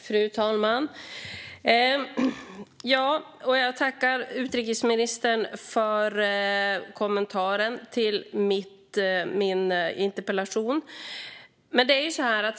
Fru talman! Jag tackar utrikesministern för kommentaren till min interpellation.